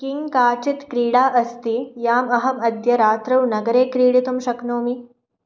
किं काचित् क्रीडा अस्ति याम् अहम् अद्य रात्रौ नगरे क्रीडितुं शक्नोमि